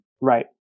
Right